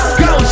go